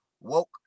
woke